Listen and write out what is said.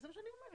זה לא מקומנו.